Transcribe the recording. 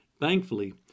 Thankfully